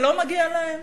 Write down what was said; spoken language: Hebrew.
זה לא מגיע להם?